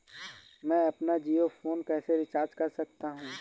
मैं अपना जियो फोन कैसे रिचार्ज कर सकता हूँ?